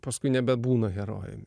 paskui nebebūna herojum